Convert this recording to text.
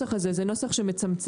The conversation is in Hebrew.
אז הוא לא יכול.